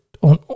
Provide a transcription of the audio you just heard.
on